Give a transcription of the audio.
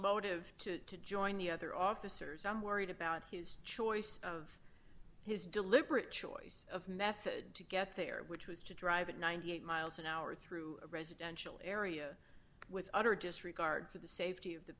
motive to join the other officers i'm worried about his choice of his deliberate choice of method to get there which was to drive at ninety miles an hour through a residential area with utter disregard for the safety of the